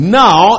now